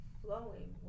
flowing